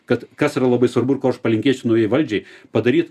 kad kas yra labai svarbu ir ko aš palinkėsiu naujai valdžiai padaryt